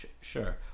Sure